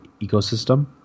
ecosystem